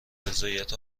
رضایت